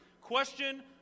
Question